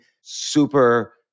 super